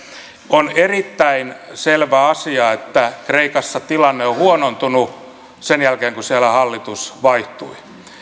on erittäin selvä asia että kreikassa tilanne on huonontunut sen jälkeen kun siellä hallitus vaihtui